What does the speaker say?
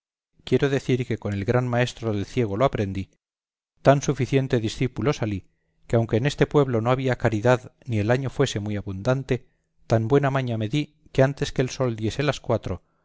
quiero decir que con el gran maestro el ciego lo aprendí tan suficiente discípulo salí que aunque en este pueblo no había caridad ni el año fuese muy abundante tan buena maña me di que antes que el reloj diese las cuatro